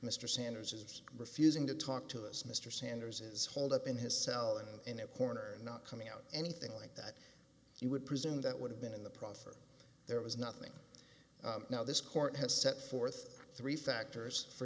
mr sanders is refusing to talk to us mr sanders is holed up in his cell and in a corner and not coming out anything like that you would presume that would have been in the proffer there was nothing now this court has set forth three factors for